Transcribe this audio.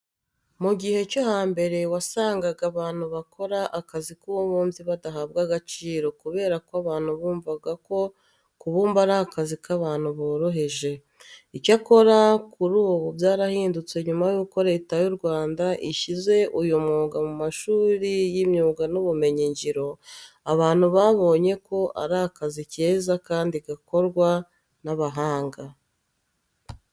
Mu gihe cyo hambere wasangaga abantu bakora akazi k'ububumbyi badahabwa agaciro kubera ko abantu bumvaga ko kubumba ari akazi k'abantu boroheje. Icyakora kuri ubu byarahindutse nyuma yuko Leta y'u Rwanda ishyize uyu mwuga mu mashuri y'imyuga n'ubumenyingiro, abantu babonyeko ari akazi keza kandi gakorwa n'abahanga.